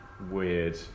weird